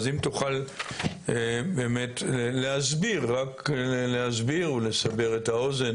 אם תוכל באמת רק להסביר ולסבר את האוזן